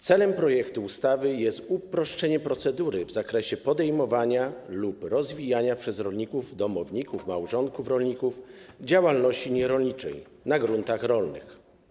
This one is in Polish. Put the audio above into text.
Celem projektu ustawy jest uproszczenie procedury w zakresie podejmowania lub rozwijania przez rolników, domowników, małżonków rolników działalności nierolniczej na gruntach rolnych.